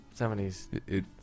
70s